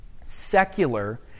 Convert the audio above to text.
secular